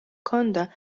ჰქონდა